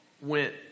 went